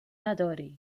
نداری